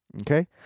Okay